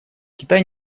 китай